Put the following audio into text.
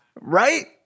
Right